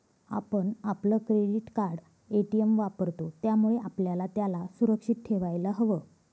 आपण आपलं credit card, ATM वापरतो, त्यामुळे आपल्याला त्याला सुरक्षित ठेवायला हव